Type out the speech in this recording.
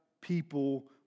people